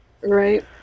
right